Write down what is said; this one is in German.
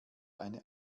eine